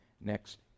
next